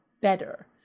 better